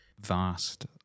vast